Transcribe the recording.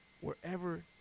wherever